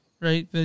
right